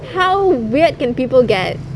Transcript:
how weird can people get